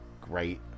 great